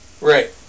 Right